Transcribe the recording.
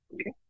Okay